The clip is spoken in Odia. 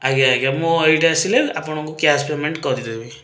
ଆଜ୍ଞା ଆଜ୍ଞା ମୁଁ ଏଇଠି ଆସିଲେ ଆପଣଙ୍କୁ କ୍ୟାସ୍ ପେମେଣ୍ଟ କରିଦେବି